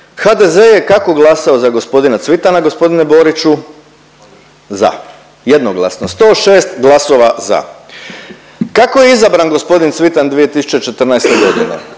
HDZ je kako glasao za g. Cvitana g. Boriću? Za, jednoglasno, 106 glasova za. Kako je izabran g. Cvitan 2014.g.?